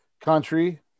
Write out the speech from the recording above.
country